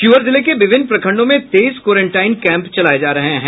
शिवहर जिले के विभिन्न प्रखंडों में तेईस क्वारेंटाइन कैम्प चलाये जा रहे हैं